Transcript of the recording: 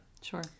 Sure